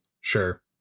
sure